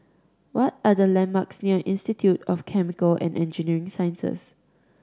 what are the landmarks near Institute of Chemical and Engineering Sciences